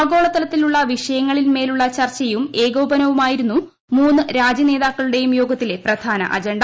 ആഗോള തലത്തിലുള്ള വിഷയങ്ങളിൻ മേലുള്ള ചർച്ചയും ഏകോപനവുമായിരുന്നു മൂന്നു രാജ്യനേതാക്കളുടെയും യോഗത്തിലെ പ്രധാന അജണ്ട